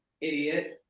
idiot